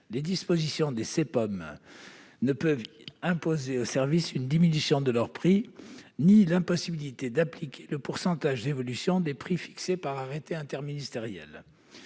et de moyens (CPOM) ne peuvent pas imposer aux services une diminution de leurs prix ni l'impossibilité d'appliquer le pourcentage d'évolution des prix fixés par arrêté interministériel.